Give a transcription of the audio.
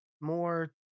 more